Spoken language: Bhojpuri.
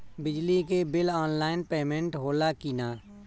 बिजली के बिल आनलाइन पेमेन्ट होला कि ना?